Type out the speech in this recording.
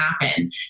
happen